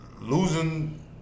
Losing